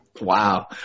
Wow